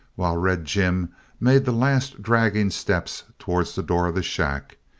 while red jim made the last dragging steps towards the door of the shack!